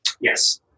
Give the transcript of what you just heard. Yes